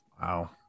Wow